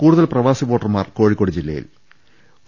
കൂടുതൽ പ്രവാസി വോട്ടർമാർ കോഴി ക്കോട് ജില്ലയിലാണ്